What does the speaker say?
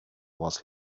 was